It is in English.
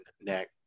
neck